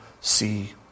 see